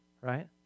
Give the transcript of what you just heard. right